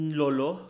lolo